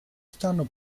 stanno